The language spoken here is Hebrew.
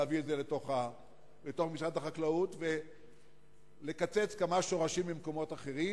להביא את זה לתוך משרד החקלאות ולקצץ כמה שורשים ממקומות אחרים.